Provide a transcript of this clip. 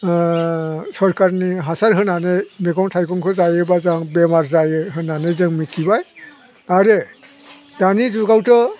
सोरखारनि हासार होनानै मैगं थाइगंखौ जायोबा जों बेमार जायो होननानै जों मिथिबाय आरो दानि जुगावथ'